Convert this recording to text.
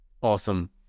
Awesome